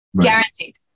Guaranteed